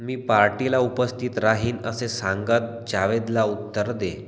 मी पार्टीला उपस्थित राहीन असे सांगत जावेदला उत्तर दे